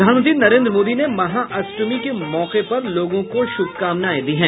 प्रधानमंत्री नरेन्द्र मोदी ने महाअष्टमी के मौके पर लोगों को शुभकामनाएं दी हैं